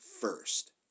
first